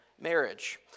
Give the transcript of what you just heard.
marriage